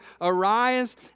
Arise